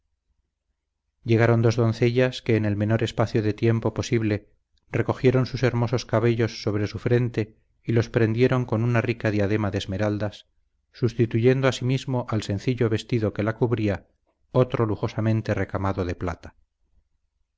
llegaron dos doncellas que en el menor espacio de tiempo posible recogieron sus hermosos cabellos sobre su frente y los prendieron con una rica diadema de esmeraldas sustituyendo asimismo al sencillo vestido que la cubría otro lujosamente recamado de plata